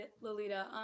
Lolita